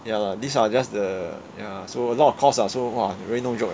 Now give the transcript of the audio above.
ya lah these are just the ya so a lot of cost ah so !wah! really no joke